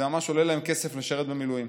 זה ממש עולה להם כסף לשרת במילואים.